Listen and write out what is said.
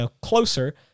closer